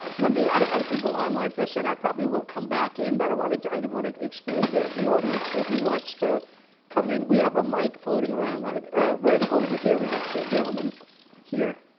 let me i could go on like this and i probably will come back in but i wanted to i didn't want to exclude the the audience so who wants to come in we have a mic floating around right right over here we got two gentlemen here